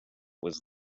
was